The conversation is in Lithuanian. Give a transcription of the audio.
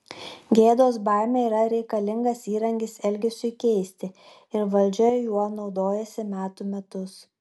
gėdos baimė yra galingas įrankis elgesiui keisti ir valdžia juo naudojasi metų metus